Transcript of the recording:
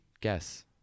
Guess